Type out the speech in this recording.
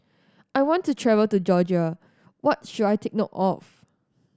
I want to travel to Georgia what should I take note of